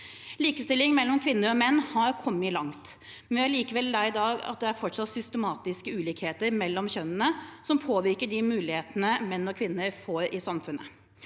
Likestilling mellom kvinner og menn har kommet langt. Likevel er det i dag fortsatt systematiske ulikheter mellom kjønnene som påvirker de mulighetene menn og kvinner får i samfunnet.